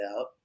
out